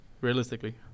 realistically